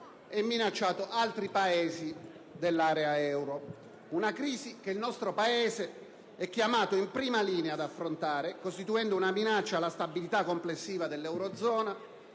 e minacciato altri Paesi dell'area euro. Una crisi che il nostro Paese è chiamato in prima linea ad affrontare, costituendo una minaccia alla stabilità complessiva dell'eurozona.